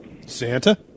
Santa